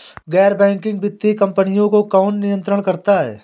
गैर बैंकिंग वित्तीय कंपनियों को कौन नियंत्रित करता है?